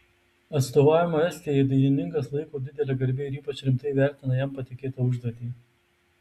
atstovavimą estijai dainininkas laiko didele garbe ir ypač rimtai vertina jam patikėtą užduotį